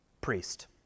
priest